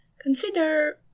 consider